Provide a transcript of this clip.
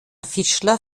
fischler